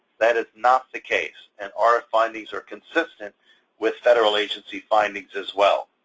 that is not the case, and our findings are consistent with federal agency findings, as well.